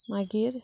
मागीर